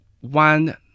One